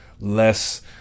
less